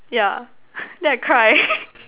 yeah then I cry